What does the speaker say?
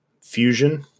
fusion